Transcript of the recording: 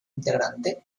integrante